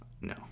No